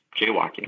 jaywalking